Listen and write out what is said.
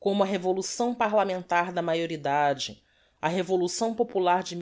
como a revolução parlamentar da maioridade a revolução popular de